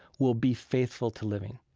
will be faithful to living.